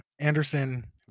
Anderson